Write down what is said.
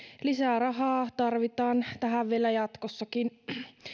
lisää rahaa tarvitaan tähän vielä jatkossakin